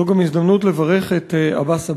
זו גם הזדמנות לברך את עבאס עבאס,